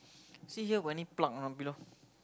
see here got any plug or not below